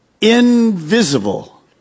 invisible